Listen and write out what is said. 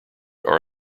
are